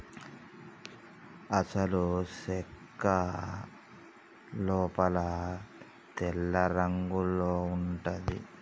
అసలు సెక్క లోపల తెల్లరంగులో ఉంటది